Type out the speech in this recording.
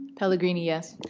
pellegrini, yes.